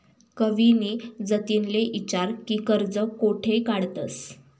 कविनी जतिनले ईचारं की कर्ज कोठे काढतंस